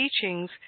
teachings